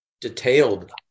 detailed